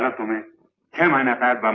to meet him. i've had